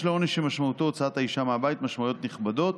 יש לעונש שמשמעותו הוצאת האישה מהבית משמעויות נכבדות,